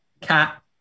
cat